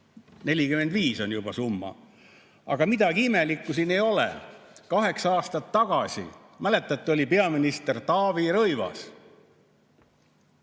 on juba summa. Aga midagi imelikku siin ei ole. Kaheksa aastat tagasi, mäletate, oli peaminister Taavi Rõivas.